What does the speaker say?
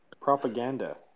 propaganda